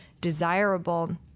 desirable